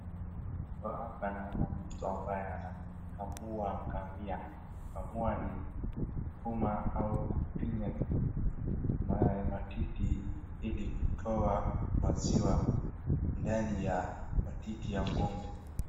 Hapa naona mtu ambaye anakamua ngamia kukamua ni kuuma au kufinya matiti ili kutoa maziwa ndani ya matiti ya ng'ombe.